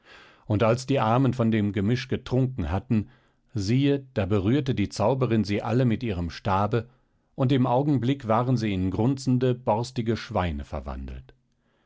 und als die armen von dem gemisch getrunken hatten siehe da berührte die zauberin sie alle mit ihrem stabe und im augenblick waren sie in grunzende borstige schweine verwandelt